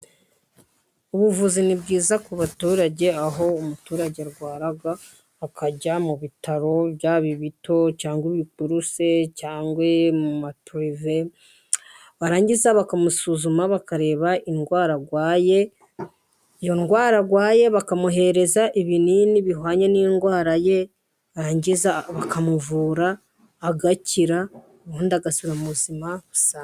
Ubuvuzi ni bwiza ku baturage, aho umuturage arwara akajya mu bitaro byaba ibito cyangwa ibokuru se, cyangwa we mu mapirive barangiza bakamusuzuma bakareba indwara arwaye, iyo ndwara arwaye bakamuha ibinini bihwanye n'indwara ye, barangiza bakamuvura agakira ubundi agasubira mu buzima busanzwe.